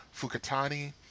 Fukutani